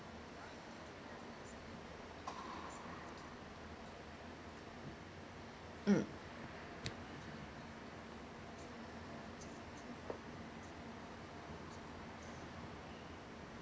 mm